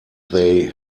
they